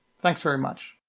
thanks very much.